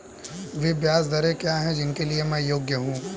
वे ब्याज दरें क्या हैं जिनके लिए मैं योग्य हूँ?